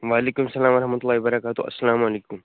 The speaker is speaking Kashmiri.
وعلیکُم اَسلام ورحمتُ اللہ وبرکاتُہو اسلامُ علیکُم